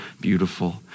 Beautiful